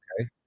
Okay